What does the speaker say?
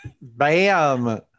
Bam